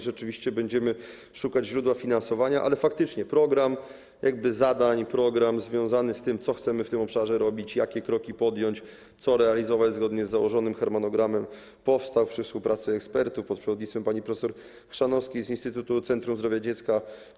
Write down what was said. Rzeczywiście będziemy szukać źródła finansowania, ale program zadań, program związany z tym, co chcemy w tym obszarze robić, jakie kroki chcemy podjąć, co chcemy realizować zgodnie z założonym harmonogramem, powstał przy współpracy ekspertów pod przewodnictwem pani prof. Chrzanowskiej z instytutu Centrum Zdrowia Dziecka.